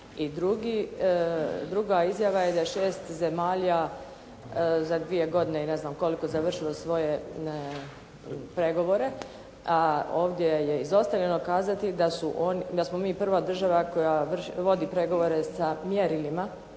druga izjava je da 6 zemalja za dvije godine i ne znam koliko završilo je svoje pregovore, a ovdje je izostavljeno kazati da su, da smo mi prva država koja vodi pregovore sa mjerilima